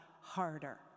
harder